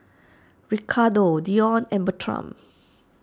Ricardo Dion and Bertram